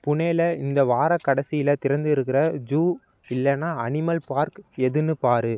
புனேவில இந்த வாரக் கடைசில திறந்திருக்கிற ஜூ இல்லைனா அனிமல் பார்க் எதுன்னு பார்